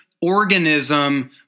organism